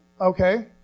Okay